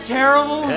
terrible